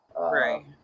Right